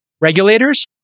regulators